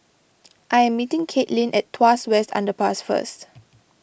I am meeting Caitlynn at Tuas West Underpass first